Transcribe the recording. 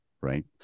Right